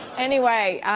anyway,